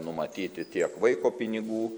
numatyti tiek vaiko pinigų